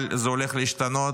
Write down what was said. אבל זה הולך להשתנות,